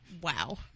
Wow